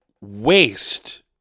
waste